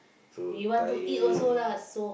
so tired ya